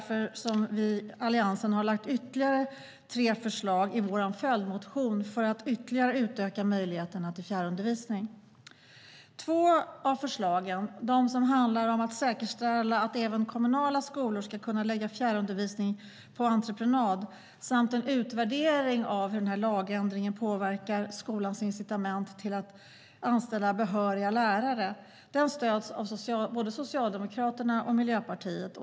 För att utöka möjligheterna till fjärrundervisning har vi i Alliansen därför lagt fram ytterligare tre förslag i vår följdmotion.Två av förslagen, att säkerställa att även kommunala skolor ska kunna lägga fjärrundervisning på entreprenad och att göra en utvärdering av hur lagändringen påverkar skolornas incitament till att anställa behöriga lärare, stöds av både Socialdemokraterna och Miljöpartiet.